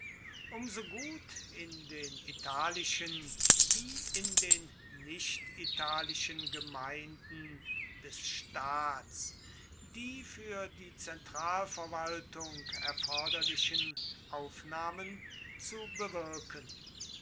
so gut in den italischen wie in den nichtitalischen gemeinden des staats die für die zentralverwaltung erforderlichen aufnahmen zu bewirken